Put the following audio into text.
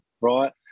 right